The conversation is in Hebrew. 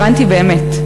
הבנתי באמת,